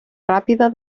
ràpida